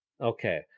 Okay